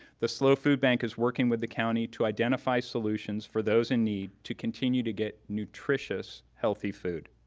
the slo food bank is working with the county to identify solutions for those in need to continue to get nutritious healthy food.